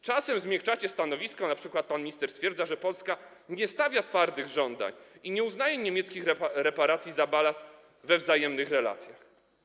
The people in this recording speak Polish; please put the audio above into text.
Czasem zmiękczacie stanowisko, np. pan minister stwierdza, że Polska nie stawia twardych żądań i nie uznaje kwestii niemieckich reparacji za balast we wzajemnych relacjach.